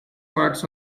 parts